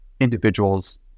individuals